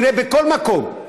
תראה בכל מקום,